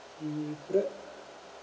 mm could I